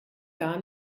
gar